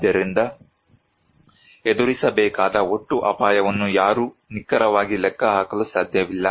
ಆದ್ದರಿಂದ ಎದುರಿಸಬೇಕಾದ ಒಟ್ಟು ಅಪಾಯವನ್ನು ಯಾರೂ ನಿಖರವಾಗಿ ಲೆಕ್ಕಹಾಕಲು ಸಾಧ್ಯವಿಲ್ಲ